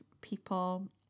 people